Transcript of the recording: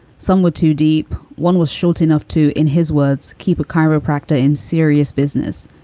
some were too deep. one was short enough to, in his words, keep a chiropractor in serious business.